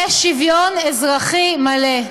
יש שוויון אזרחי מלא.